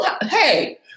hey